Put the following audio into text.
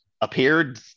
appeared